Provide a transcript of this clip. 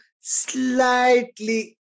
slightly